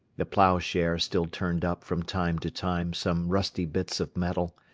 the ploughshare still turned up from time to time some rusty bits of metal,